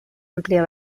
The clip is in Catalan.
àmplia